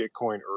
Bitcoin